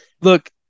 Look